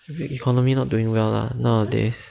economy not doing well lah nowadays